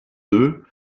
deux